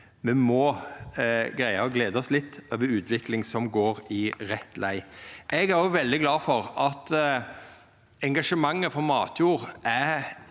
å gleda oss litt over ei utvikling som går i rett lei. Eg er òg veldig glad for engasjementet for matjord i